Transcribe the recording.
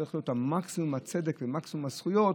כשצריך להיות מקסימום הצדק ומקסימום הזכויות,